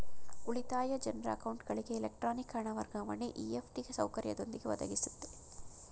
ಉಳಿತಾಯ ಜನ್ರ ಅಕೌಂಟ್ಗಳಿಗೆ ಎಲೆಕ್ಟ್ರಾನಿಕ್ ಹಣ ವರ್ಗಾವಣೆ ಇ.ಎಫ್.ಟಿ ಸೌಕರ್ಯದೊಂದಿಗೆ ಒದಗಿಸುತ್ತೆ